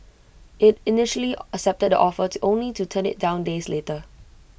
IT initially accepted the offer to only to turn IT down days later